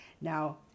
Now